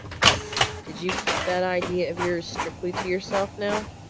but did you keep that idea of yours strictly to yourself, now?